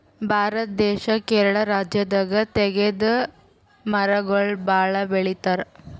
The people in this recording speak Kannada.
ಭಾರತ ದೇಶ್ ಕೇರಳ ರಾಜ್ಯದಾಗ್ ತೇಗದ್ ಮರಗೊಳ್ ಭಾಳ್ ಬೆಳಿತಾರ್